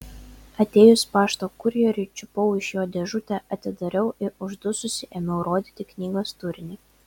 atėjus pašto kurjeriui čiupau iš jo dėžutę atidariau ir uždususi ėmiau rodyti knygos turinį